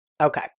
Okay